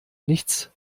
nichts